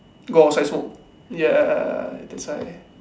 go outside smoke ya that's why